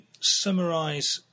summarise